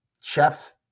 chefs